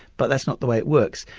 but that's not the way it works.